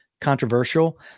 controversial